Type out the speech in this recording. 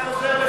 אתה חוזר,